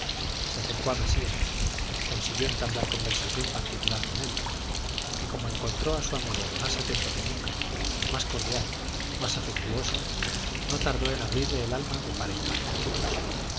se acercó a mesía consiguió entablar conversación particular con él y como encontró a su amigo más atento que nunca más cordial más afectuoso no tardó en abrirle el alma de par en par